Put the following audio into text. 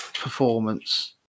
performance